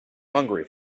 hungry